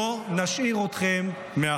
לא נפקיר אותם, לא נשאיר אותם מאחור.